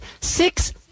six